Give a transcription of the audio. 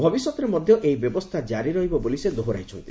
ଭବିଷ୍ୟତରେ ମଧ୍ୟ ଏହି ବ୍ୟବସ୍ଥା କାରି ରହିବ ବୋଲି ସେ ଦୋହରାଇଛନ୍ତି